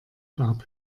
gab